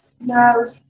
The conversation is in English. No